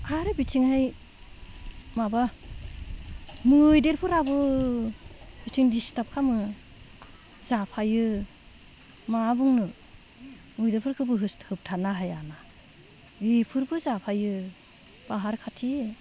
आरो बिथिंहाय माबा मैदेरफोराबो बिथिं डिसटार्ब खालामो जाफायो मा बुंनो मैदेरफोरखोबो होबथानो हाया बिफोरबो जाफायो पाहार खाथि